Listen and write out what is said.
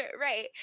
Right